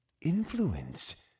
influence